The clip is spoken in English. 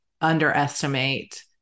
underestimate